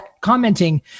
commenting